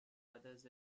others